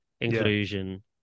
inclusion